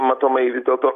matomai vis dėlto